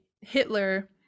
Hitler